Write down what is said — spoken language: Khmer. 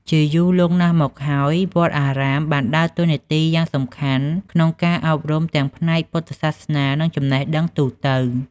ជាយូរលង់ណាស់មកហើយ វត្តអារាមបានដើរតួនាទីយ៉ាងសំខាន់ក្នុងការអប់រំទាំងផ្នែកពុទ្ធសាសនា និងចំណេះដឹងទូទៅ។